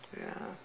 ya